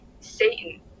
satan